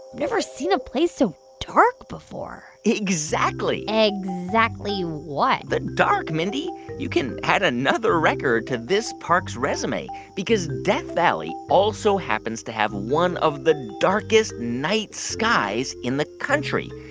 never seen a place so dark before exactly exactly what? the dark, mindy. you can add another record to this park's resume because death valley also happens to have one of the darkest night skies in the country,